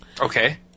Okay